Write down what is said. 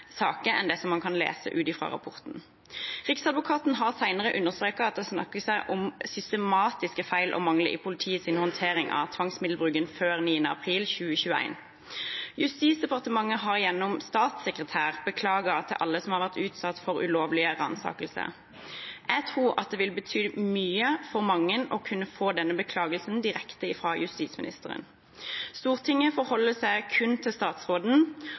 saker enn det man kan lese ut fra rapporten. Riksadvokaten har senere understreket at det her er snakk om systematiske feil og mangler i politiets håndtering av tvangsmiddelbruken før 9. april 2021. Justisdepartementet har gjennom statssekretær beklaget til alle som har vært utsatt for ulovlige ransakelser. Jeg tror det vil bety mye for mange å kunne få denne beklagelsen direkte fra justisministeren. Stortinget forholder seg kun til statsråden.